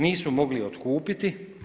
Nisu mogli otkupiti.